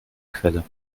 quelle